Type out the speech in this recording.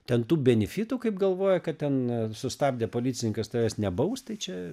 ten tų benefitų kaip galvoja kad ten sustabdė policininkas tavęs nebaus tai čia